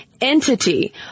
entity